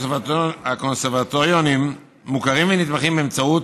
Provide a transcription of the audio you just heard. הקונסרבטוריונים מוכרים ונתמכים באמצעות